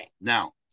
Now